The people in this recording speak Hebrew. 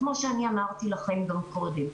כמו שאמרתי לכם גם קודם,